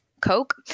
coke